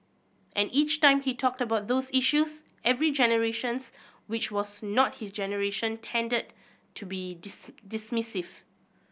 and each time he talked about those issues every generation which was not his generation tended to be dismissive